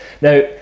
Now